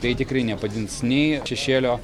tai tikrai nepadidins nei šešėlio